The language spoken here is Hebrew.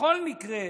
בכל מקרה,